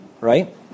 right